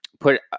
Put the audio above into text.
put